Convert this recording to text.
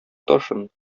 ташын